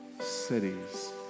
cities